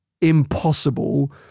impossible